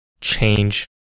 change